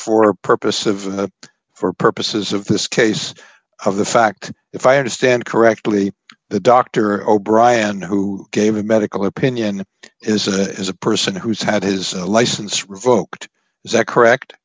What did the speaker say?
for purpose of the for purposes of this case of the fact if i understand correctly the doctor o'brien who gave a medical opinion is a is a person who's had his license revoked is that correct